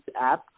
app